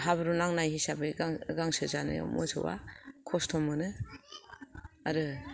हाब्रु नांनाय हिसाबै गांसो जानायाव मोसौआ खस्थ' मोनो आरो